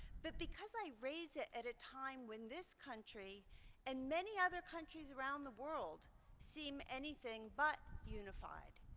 but because i raise it at a time when this country and many other countries around the world seem anything but unified.